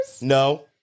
No